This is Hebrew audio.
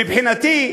מבחינתי,